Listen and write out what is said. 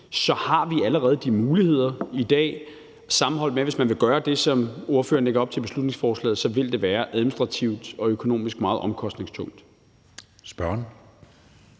så har vi allerede de muligheder i dag, og hvis man vil gøre det, som ordføreren lægger op til i beslutningsforslaget, så ville det være administrativt og økonomisk meget omkostningstungt